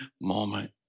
moment